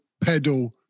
pedal